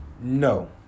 No